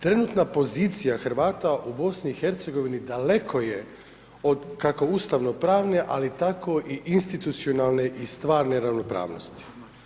Trenutna pozicija Hrvata u BiH daleko je od, kako ustavnopravne tako i institucijalne i stvarne ravnopravnosti.